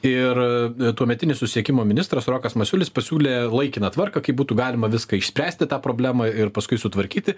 ir tuometinis susisiekimo ministras rokas masiulis pasiūlė laikiną tvarką kaip būtų galima viską išspręsti tą problemą ir paskui sutvarkyti